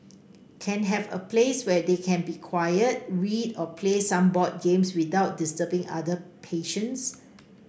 can have a place where they can be quiet read or play some board games without disturbing other patients